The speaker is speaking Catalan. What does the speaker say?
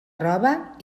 roba